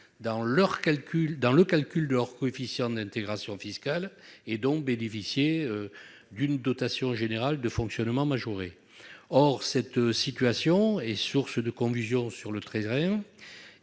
dans le calcul de leur coefficient d'intégration fiscale (CIF), donc bénéficier d'une dotation globale de fonctionnement majorée. Or cette situation est source de confusions sur le terrain